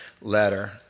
letter